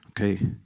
Okay